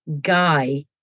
guy